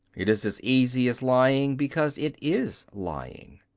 it is as easy as lying because it is lying.